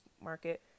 Market